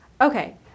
Okay